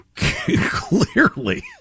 Clearly